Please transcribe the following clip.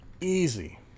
Easy